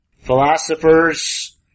Philosophers